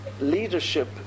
Leadership